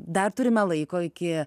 dar turime laiko iki